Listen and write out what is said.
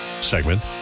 segment